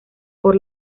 por